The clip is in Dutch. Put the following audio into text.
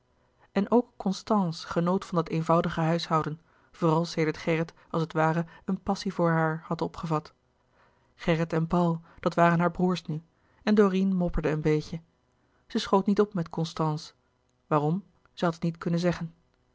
en ook constance genoot van dat eenvoudige huishouden vooral sedert gerrit als het louis couperus de boeken der kleine zielen ware een passie voor haar had opgevat gerrit en paul dat waren haar broêrs nu en dorine mopperde een beetje zij schoot niet op met constance waarom zij had het niet kunnen zeggen